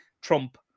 Trump